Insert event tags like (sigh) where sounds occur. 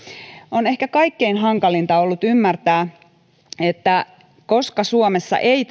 on ehkä kaikkein hankalinta ollut ymmärtää että koska suomessa ei (unintelligible)